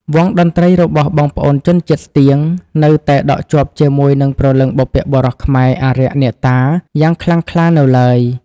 វង់តន្ដ្រីរបស់បងប្អូនជនជាតិស្ទៀង នៅតែដក់ជាប់ជាមួយនឹងព្រលឹងបុព្វបុរសខ្មែរ អារក្ស អ្នកតា យ៉ាងខ្លាំងក្លានៅឡើយ ។